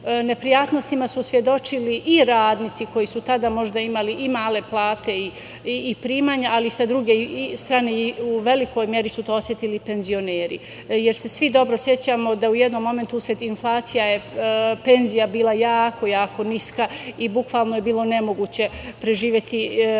neprijatnostima su svedočili i radnici koji su tada možda imali i male plate i primanja, ali sa druge strane i u velikoj meri su to osetili penzioneri. Svi se dobro sećamo da je u jednom momentu inflacija penzija bila jako niska i bukvalno je bilo nemoguće preživeti i nekih